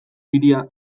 hiria